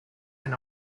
and